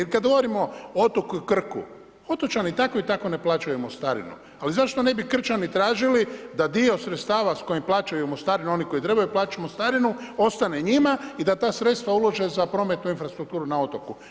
Ili kada govorimo o otoku Krku, otočani tako i tako ne plaćaju mostarinu ali zašto ne bi Krčani tražili da dio sredstava s kojim plaćaju mostarinu oni koji trebaju plaćati mostaranu ostane njima i da ta sredstva ulože za prometnu infrastrukturu na otoku.